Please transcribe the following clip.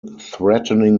threatening